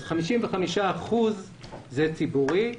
55 אחוזים זה ציבורי.